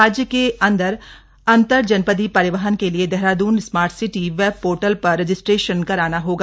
राज्य के अंदर अंतरजनपदीय परिवहन के लिए Dehradun smart city web portal पर रजिस्ट्रेशन कराना होगा